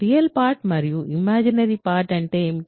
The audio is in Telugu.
రియల్ పార్ట్స్ మరియు ఇమాజినరీ పార్ట్స్ అంటే ఏమిటి